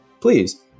please